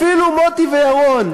אפילו מוטי וירון.